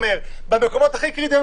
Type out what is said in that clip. במקומות הכי קריטיים,